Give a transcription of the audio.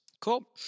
Cool